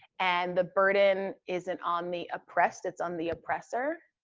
and the burden isn't on the oppressed. it's on the oppressor.